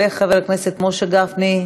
וחבר הכנסת משה גפני,